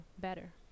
better